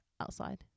outside